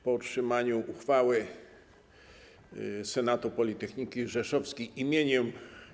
Po otrzymaniu uchwały Senatu Politechniki Rzeszowskiej im.